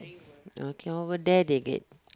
okay over there they they